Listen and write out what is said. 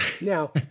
Now